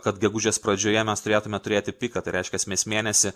kad gegužės pradžioje mes turėtume turėti piką tai reiškias mes mėnesį